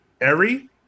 Erie